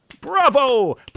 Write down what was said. Bravo